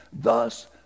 Thus